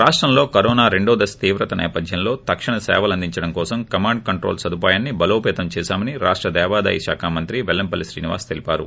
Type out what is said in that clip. రాష్టంలో కరోనా రెండోదశ తీవ్రత నేపధ్యంలో తక్షణ సేవలందించడం కోసం కమాండ్ కంట్రోల్ సదుపాయాన్ని బలోపతం చేశామని రాష్ల దేవాదాయ శాఖ మంత్రి పెల్లంపర్లి శ్రీనివాస్ తెలిపారు